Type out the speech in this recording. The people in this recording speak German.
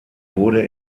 wurde